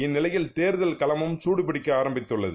இந்நிலையில் தேர்தல் பிரச்சாரமும் சூடுபிடிக்க ஆரம்பித்துள்ளது